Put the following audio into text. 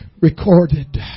recorded